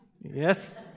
yes